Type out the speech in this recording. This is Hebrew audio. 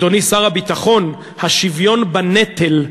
אדוני שר הביטחון, "השוויון בנטל".